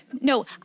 No